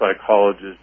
psychologist